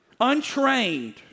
untrained